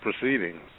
proceedings